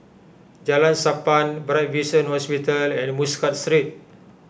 Jalan Sappan Bright Vision Hospital and Muscat Street